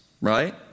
right